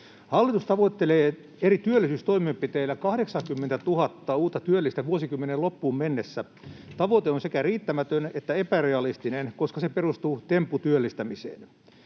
Hallitus tavoittelee eri työllisyystoimenpiteillä 80 000:ta uutta työllistä vuosikymmenen loppuun mennessä. Tavoite on sekä riittämätön että epärealistinen, koska se perustuu tempputyöllistämiseen.